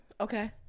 okay